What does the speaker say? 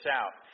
out